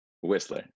whistler